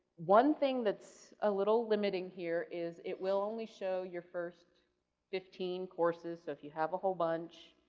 one thing that's a little limiting here is it will only show your first fifteen courses so if you have a whole bunch,